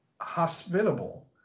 hospitable